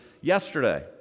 yesterday